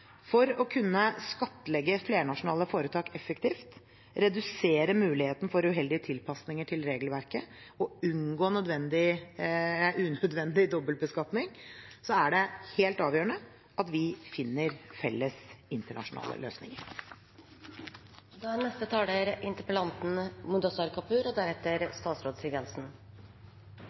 For å kunne skattlegge flernasjonale foretak effektivt, redusere mulighetene for uheldige tilpasninger til regelverket og unngå unødvendig dobbeltbeskatning, er det helt avgjørende at vi finner felles internasjonale løsninger.